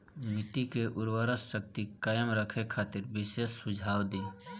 मिट्टी के उर्वरा शक्ति कायम रखे खातिर विशेष सुझाव दी?